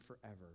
forever